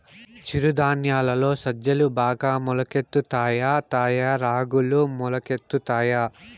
చిరు ధాన్యాలలో సజ్జలు బాగా మొలకెత్తుతాయా తాయా రాగులు మొలకెత్తుతాయా